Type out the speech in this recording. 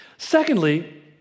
Secondly